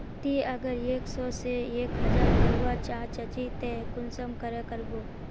ती अगर एक सो से एक हजार करवा चाँ चची ते कुंसम करे करबो?